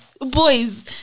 boys